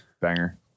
Banger